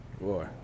Boy